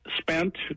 spent